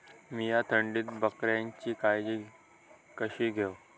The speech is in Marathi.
मीया थंडीत बकऱ्यांची काळजी कशी घेव?